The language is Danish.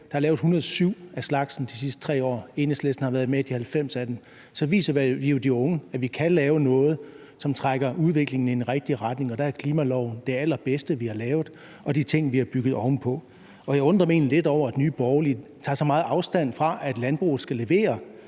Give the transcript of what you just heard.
der er lavet 107 af slagsen de sidste 3 år, og Enhedslisten har været med i 90 af dem – så viser vi jo de unge, at vi kan lave noget, som trækker udviklingen i den rigtige retning. Og der er klimaloven og de ting, vi har bygget ovenpå, det allerbedste, vi har lavet, og jeg undrer mig egentlig lidt over, at Nye Borgerlige tager så meget afstand fra, at landbruget skal levere.